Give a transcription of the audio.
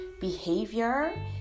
behavior